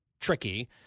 tricky